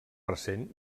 recent